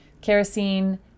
Kerosene